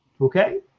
okay